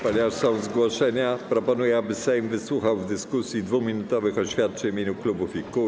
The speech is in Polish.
Ponieważ są zgłoszenia, proponuję, aby Sejm wysłuchał w dyskusji 2-minutowych oświadczeń w imieniu klubów i kół.